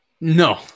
No